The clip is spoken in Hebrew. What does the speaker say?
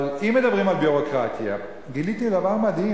אבל אם מדברים על ביורוקרטיה, גיליתי דבר מדהים.